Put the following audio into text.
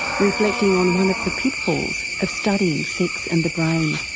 reflecting on one of the pitfalls of studying sex and the brain.